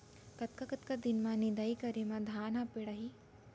कतका कतका दिन म निदाई करे म धान ह पेड़ाही?